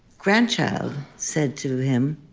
grandchild said to him